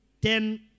Ten